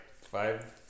five